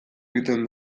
egiten